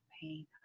pain